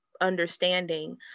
understanding